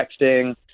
texting